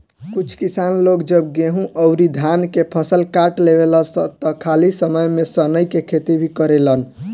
कुछ किसान लोग जब गेंहू अउरी धान के फसल काट लेवेलन त खाली समय में सनइ के खेती भी करेलेन